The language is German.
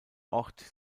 ort